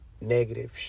negative